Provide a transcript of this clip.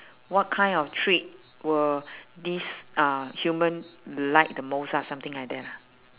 what kind of treat will this uh human like the most ah something like that ah